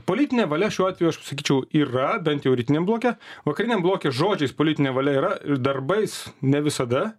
politinė valia šiuo atveju aš sakyčiau yra bent jau rytiniam bloke vakariniam bloke žodžiais politinė valia yra darbais ne visada